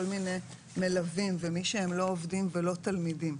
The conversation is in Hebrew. מיני מלווים ומי שהם לא עובדים ולא תלמידים.